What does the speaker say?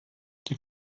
die